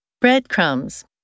Breadcrumbs